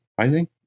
rising